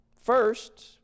First